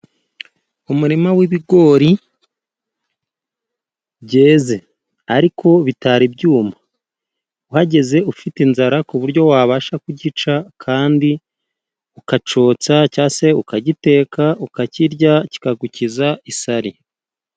Umurima w'ibigori byeze ariko bitari byuma. Uhageze ufite inzara ku buryo wabasha kugica kandi ukacyotsa, cyangwa se ukagiteka ukakirya kikagukiza isari.